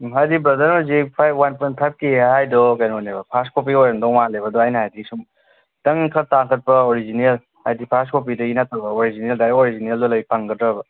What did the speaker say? ꯍꯥꯏꯗꯤ ꯕ꯭ꯔꯗꯔ ꯍꯧꯖꯤꯛ five one point five ꯀꯦ ꯍꯥꯏꯗꯣ ꯀꯩꯅꯣꯅꯦꯕ ꯐꯥꯔꯁ ꯀꯣꯄꯤ ꯑꯣꯏꯔꯝꯗꯧ ꯃꯥꯜꯂꯦꯕ ꯑꯗꯨ ꯑꯩꯅ ꯍꯥꯏꯗꯤ ꯁꯨꯝ ꯈꯤꯇꯪ ꯈꯔ ꯇꯥꯡꯈꯠꯄ ꯑꯣꯔꯤꯖꯤꯅꯦꯜ ꯍꯥꯏꯗꯤ ꯐꯥꯔꯁ ꯀꯣꯄꯤꯗꯒꯤ ꯅꯠꯇꯕ ꯑꯣꯔꯤꯖꯤꯅꯦꯜ ꯗꯥꯏꯔꯦꯛ ꯑꯣꯔꯤꯖꯤꯅꯦꯜꯗꯣ ꯐꯪꯒꯗ꯭ꯔꯕ